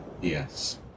Yes